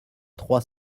trois